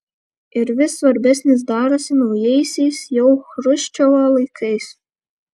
ir vis svarbesnis darosi naujaisiais jau chruščiovo laikais